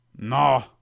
No